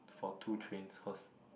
for two trains first